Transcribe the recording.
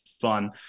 fun